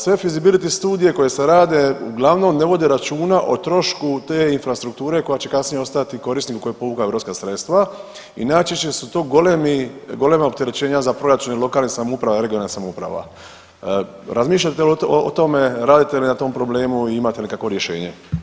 Sve fizibiliti studije koje se rade uglavnom ne vode računa o trošku te infrastrukture koja će kasnije ostati korisniku koji je povukao europska sredstva i najčešće su to golemi, golema opterećenja za proračune lokalnih samouprava i regionalnih samouprava, razmišljate li o tome, radite li na tom problemu i imate li kakvo rješenje?